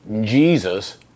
Jesus